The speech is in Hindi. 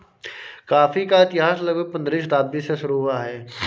कॉफी का इतिहास लगभग पंद्रहवीं शताब्दी से शुरू हुआ है